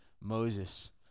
Moses